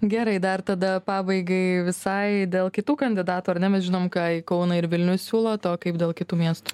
gerai dar tada pabaigai visai dėl kitų kandidatų ar ne mes žinom ką į kauną ir vilnių siūlot o kaip dėl kitų miestų